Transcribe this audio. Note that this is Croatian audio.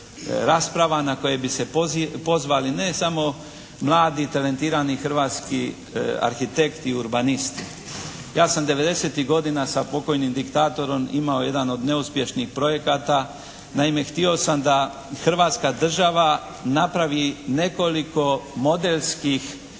rasprava na koje bi se pozvali ne samo mladi, talentirani hrvatski arhitekti i urbanisti. Ja sam '90.-tih godina sa pokojnim diktatorom imao jedan od neuspješnih projekata. Naime, htio sam da Hrvatska država napravi nekoliko modelskih